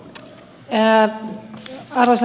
arvoisa herra puhemies